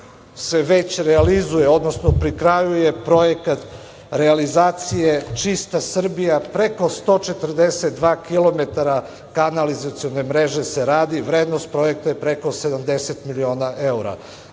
već realizuje, odnosno pri kraju je projekat realizacije „Čista Srbija“, preko 142 kilometra kanalizacione mreže se radi, vrednost projekta je preko 70 miliona evra.